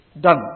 done